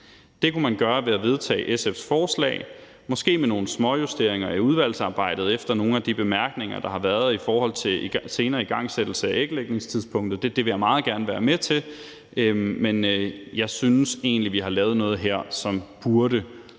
Det kan man gøre ved at vedtage SF's forslag, måske med nogle småjusteringer i udvalgsarbejdet efter nogle af de bemærkninger, der har været om senere igangsættelse af æglægningstidspunktet. Det vil jeg meget gerne være med til. Men jeg synes egentlig, at vi har lavet noget her, som burde kunne